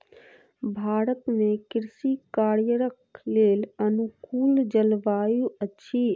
भारत में कृषि कार्यक लेल अनुकूल जलवायु अछि